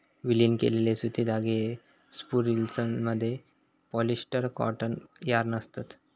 विलीन केलेले सुती धागे हे स्पूल रिल्समधले पॉलिस्टर कॉटन यार्न असत